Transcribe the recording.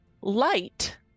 light